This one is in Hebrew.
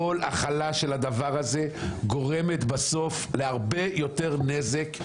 כל הכלה של הדבר הזה גורמת בסוף להרבה יותר נזק,